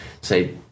say